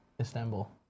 Istanbul